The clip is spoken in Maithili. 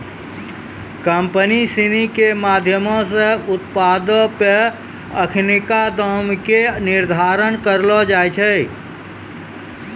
कंपनी सिनी के माधयमो से उत्पादो पे अखिनका दामो के निर्धारण करलो जाय छै